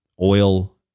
oil